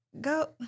Go